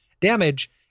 damage